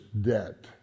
debt